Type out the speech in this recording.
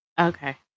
Okay